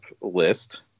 list